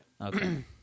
Okay